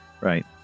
right